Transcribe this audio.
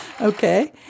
Okay